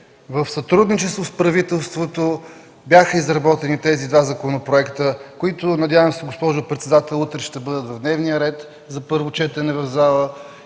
В сътрудничество с правителството бяха изработени тези два законопроекта, които, надявам се, госпожо председател, утре ще бъдат в дневния ред на първо четене в